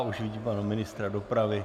Už vidím pana ministra dopravy.